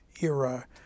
era